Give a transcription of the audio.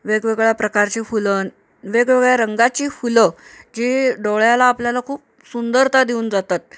वेगवेगळ्या प्रकारची फुलं न वेगवेगळ्या रंगाची फुलं जी डोळ्याला आपल्याला खूप सुंदरता देऊन जातात